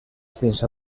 fins